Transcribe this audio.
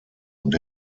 und